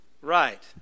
Right